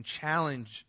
challenge